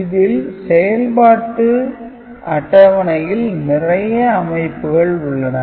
இதில் செயல்பாட்டு அட்டவணையில் நிறைய அமைப்புகள் உள்ளன